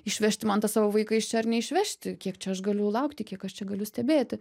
išvežti man tą savo vaiką iš čia ar neišvežti kiek čia aš galiu laukti kiek aš čia galiu stebėti